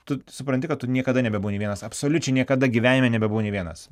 tu supranti kad tu niekada nebebūni vienas absoliučiai niekada gyvenime nebebūni vienas